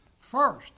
first